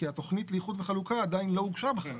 כי התכנית לאיחוד וחלוקה עדיין לא הוגשה בכלל.